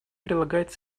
прилагать